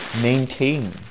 maintain